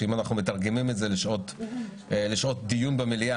שאם אנחנו מתגרמים את זה לשעות דיון במליאה,